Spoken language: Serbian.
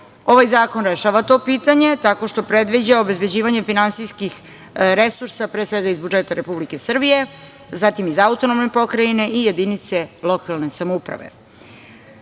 Ovaj zakon rešava to pitanje tako što predviđa obezbeđivanje finansijskih resursa, pre svega iz budžeta Republike Srbije, zatim iz autonomne pokrajine i jedinice lokalne samouprave.Za